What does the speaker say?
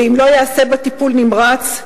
ואם לא ייעשה בה טיפול נמרץ,